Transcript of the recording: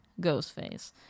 Ghostface